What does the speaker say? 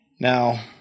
Now